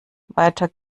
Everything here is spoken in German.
weiter